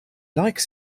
like